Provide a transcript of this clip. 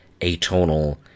atonal